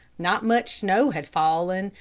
not much snow had fallen,